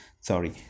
Sorry